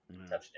Touchdown